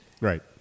Right